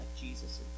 Jesus